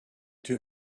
two